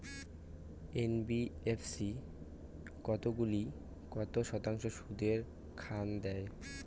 NBFC কতগুলি কত শতাংশ সুদে ঋন দেয়?